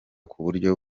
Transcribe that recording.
kuburyo